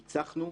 ניצחנו,